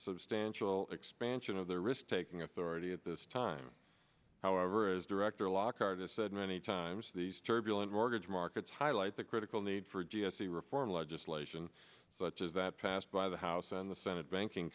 substantial expansion of their risk taking authority at this time however as director lockhart a said many times these turbulent mortgage markets highlight the critical need for g s t reform legislation such as that passed by the house and the senate banking